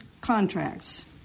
contracts